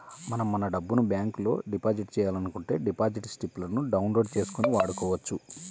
మనం మన డబ్బును బ్యాంకులో డిపాజిట్ చేయాలనుకుంటే డిపాజిట్ స్లిపులను డౌన్ లోడ్ చేసుకొని వాడుకోవచ్చు